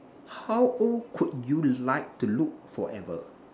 how old could you like to look forever